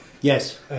Yes